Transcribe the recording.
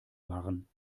waren